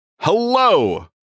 Hello